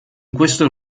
questo